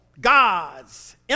God's